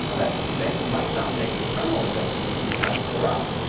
that might might not make the criminal investigations less corrupt,